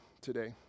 today